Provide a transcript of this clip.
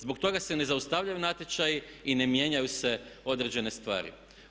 Zbog toga se ne zaustavljaju natječaji i ne mijenjaju se određene stvari.